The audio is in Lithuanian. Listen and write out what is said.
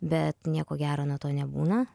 bet nieko gero nuo to nebūna